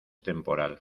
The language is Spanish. temporal